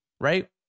right